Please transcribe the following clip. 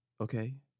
okay